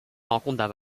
rencontrent